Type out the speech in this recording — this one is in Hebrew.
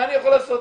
מה אני יכול לעשות?